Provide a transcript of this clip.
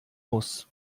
muss